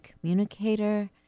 communicator